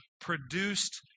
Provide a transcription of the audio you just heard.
produced